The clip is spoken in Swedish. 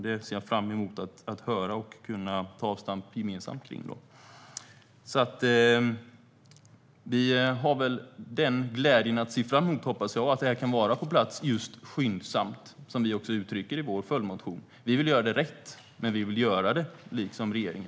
Jag ser fram emot att kunna göra ett gemensamt avstamp i frågan. Vi har den glädjen att se fram emot, hoppas jag - att det här kan komma på plats just skyndsamt, som vi också uttrycker det i vår följdmotion. Liksom regeringen vill vi göra det, men vi vill göra det rätt.